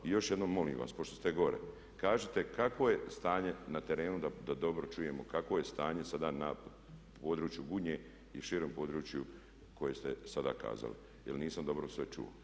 I još jednom molim vas, pošto ste gore, kažite kakvo je stanje na terenu da dobro čujemo, kakvo je stanje sada na području Gunje i širem područje kojeg ste sada kazali jer nisam dobro sve čuo.